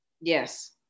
Yes